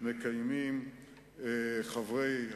תודה רבה.